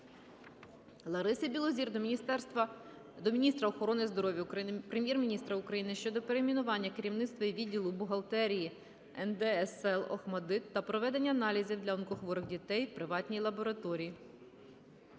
Лариси Білозір до міністра охорони здоров'я України, Прем'єр-міністра України щодо преміювання керівництва і відділу бухгалтерії НДСЛ "Охматдит" та проведення аналізів для онкохворих дітей в приватній лабораторії.